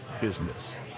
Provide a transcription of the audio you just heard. business